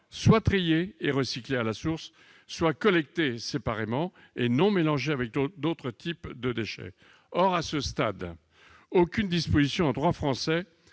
soit triés et recyclés à la source, soit collectés séparément et non mélangés avec d'autres types de déchets. Or, en droit français, aucune disposition ne permet à